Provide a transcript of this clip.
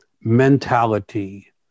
mentality